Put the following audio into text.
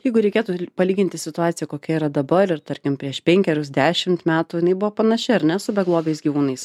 jeigu reikėtų palyginti situaciją kokia yra dabar ir tarkim prieš penkerius dešimt metų jinai buvo panaši ar ne su beglobiais gyvūnais